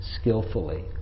skillfully